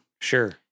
Sure